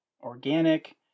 Organic